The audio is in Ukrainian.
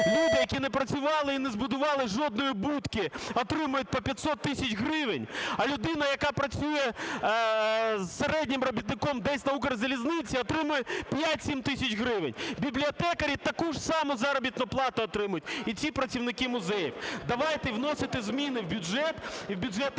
люди, які не працювали і не збудували жодної будки, отримують по 500 тисяч гривень, а людина, яка працює середнім робітником десь на Укрзалізниці, отримує 5-7 тисяч гривень. Бібліотекарі таку ж саму заробітну плану отримують і всі працівники музею. Давайте вносити зміни в бюджет, в бюджетне законодавство,